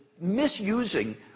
misusing